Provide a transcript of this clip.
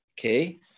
okay